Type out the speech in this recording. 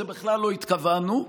בכלל לא התכוונו לזה,